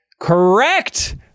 Correct